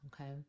Okay